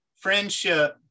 friendship